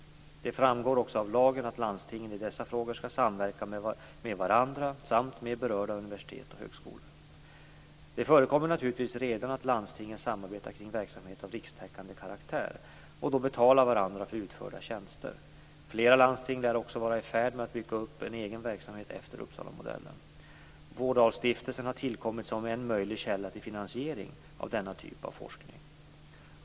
Det framgår också av lagen att landstingen i dessa frågor skall samverka med varandra samt med berörda universitet och högskolor. Det förekommer naturligtvis redan att landstingen samarbetar kring verksamhet av rikstäckande karaktär och då betalar varandra för utförda tjänster. Flera landsting lär också vara i färd med att bygga upp en egen verksamhet efter Uppsalamodellen. Vårdalstiftelsen har tillkommit som en möjlig källa till finansiering av denna typ av forskning.